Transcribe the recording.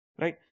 right